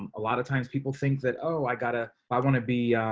um a lot of times people think that. oh, i gotta, i want to be.